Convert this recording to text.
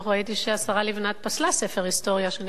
שהשרה לבנת פסלה ספר היסטוריה שנכתב טוב,